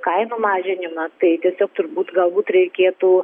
kainų mažinimą tai tiesiog turbūt galbūt reikėtų